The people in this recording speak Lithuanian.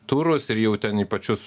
turus ir jau ten į pačius